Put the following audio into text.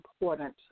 important